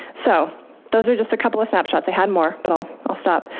so those are just a couple of snapshot they had more but i'll i'll stop.